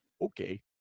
okay